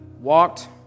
walked